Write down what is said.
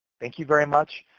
thank you very much,